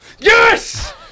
yes